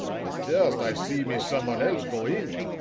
but first i see me someone else go in.